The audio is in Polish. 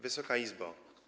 Wysoka Izbo!